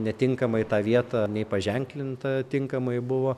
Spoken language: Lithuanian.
netinkamai tą vietą nei paženklinta tinkamai buvo